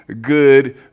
good